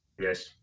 Yes